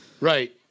Right